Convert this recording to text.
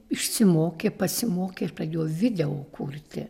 išsimokė pasimokė ir pradėjo video kurti